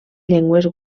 llengües